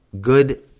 good